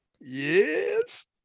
yes